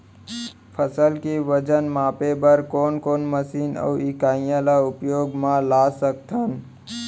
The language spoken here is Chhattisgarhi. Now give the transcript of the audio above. फसल के वजन मापे बर कोन कोन मशीन अऊ इकाइयां ला उपयोग मा ला सकथन?